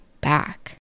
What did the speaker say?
back